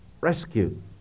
Rescue